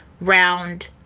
round